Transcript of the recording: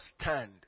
stand